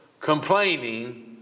complaining